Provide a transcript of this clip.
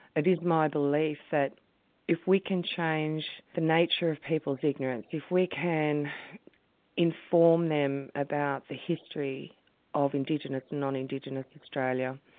it is my belief that if we can change the nature of people's ignorance, if we can inform them about the history of indigenous and non-indigenous australia,